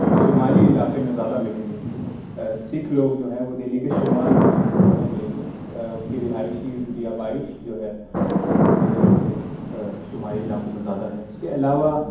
شمالی علاقے میں زیادہ ملیں گے سکھ لوگ جو ہیں وہ دہلی کے شمال میں آپ کو زیادہ ملیں گے ان کی رہائشی ان کی آبائش جو ہے وہ دہلی کے شمالی علاقوں میں زیادہ ہے اس کے علاوہ